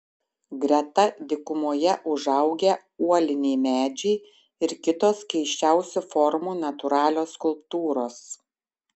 greta dykumoje užaugę uoliniai medžiai ir kitos keisčiausių formų natūralios skulptūros